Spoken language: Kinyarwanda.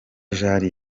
jean